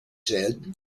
said